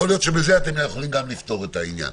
יכול להיות שבזה אתם יכולים לפתור את העניין.